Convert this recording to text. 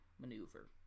maneuver